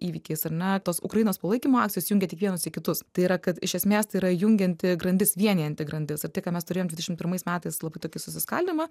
įvykiais ar ne tos ukrainos palaikymo akcijos jungia tiek vienus tiek kitus tai yra kad iš esmės tai yra jungianti grandis vienijanti grandis ir tai ką mes turėjom dvidešimt pirmais metais labai tokius susiskaldymą